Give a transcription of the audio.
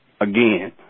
Again